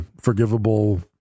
forgivable